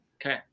Okay